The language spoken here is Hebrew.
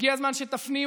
הגיע זמן שתפנימו: